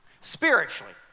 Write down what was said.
spiritually